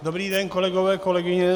Dobrý den, kolegové, kolegyně.